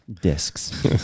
discs